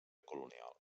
colonial